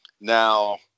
Now